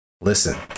listen